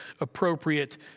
appropriate